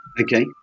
Okay